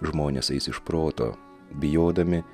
žmonės eis iš proto bijodami